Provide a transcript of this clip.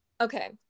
okay